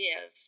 live